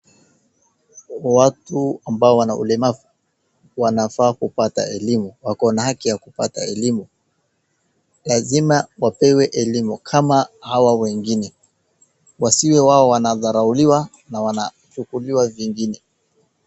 Watu ambao wana ulemavu, wanafaa kupata elimu, wako na haki ya kupata elimu. Lazima wapewe elimu kama hawa wengine, wasiwe wao wanadharauliwa na wanachukuliwa vingine.